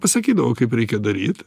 pasakydavo kaip reikia daryt